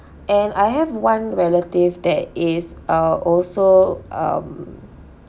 and I have one relative that is uh also um